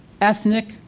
Ethnic